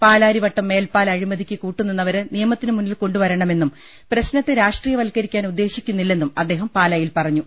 പാലാരി വട്ടം മേൽപ്പാല അഴിമതിയ്ക്ക് കൂട്ടുനിന്നവരെ നിയമത്തിന് മുന്നിൽ കൊണ്ടുവരണമെന്നും പ്രശ്നത്തെ രാഷ്ട്രീയവൽക്ക രിക്കാൻ ഉദ്ദേശിക്കുന്നില്ലെന്നും അദ്ദേഹം പാലായിൽ പറ ഞ്ഞു